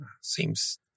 Seems